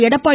Edappadi